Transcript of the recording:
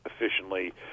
efficiently